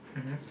mmhmm